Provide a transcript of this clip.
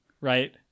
Right